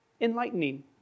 enlightening